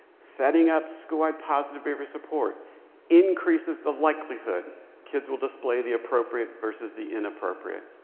setting up schoolwide positive behavior support increases the likelihood kids will display the appropriate versus the inappropriate.